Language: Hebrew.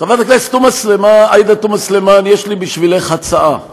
חברת הכנסת עאידה תומא סלימאן, יש לי בשבילך הצעה,